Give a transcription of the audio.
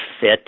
fit